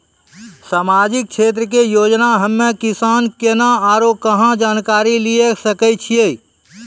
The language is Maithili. समाजिक क्षेत्र के योजना हम्मे किसान केना आरू कहाँ जानकारी लिये सकय छियै?